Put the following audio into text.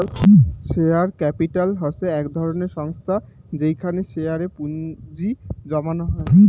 share capital হসে এক ধরণের সংস্থা যেইখানে শেয়ার এ পুঁজি জমানো হই